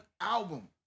album